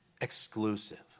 exclusive